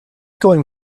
going